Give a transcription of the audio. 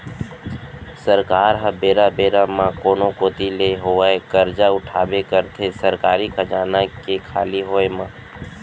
सरकार ह बेरा बेरा म कोनो कोती ले होवय करजा उठाबे करथे सरकारी खजाना के खाली होय म